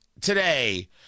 today